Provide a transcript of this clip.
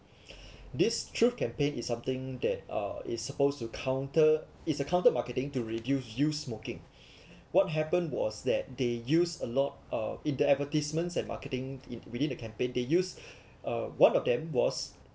this truth campaign is something that uh it's supposed to counter is a counter marketing to reduce you smoking what happened was that they use a lot of in the advertisements and marketing it within the campaign they use uh one of them was